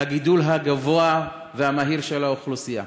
הגידול הגבוה והמהיר של האוכלוסייה?